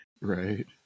right